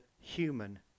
human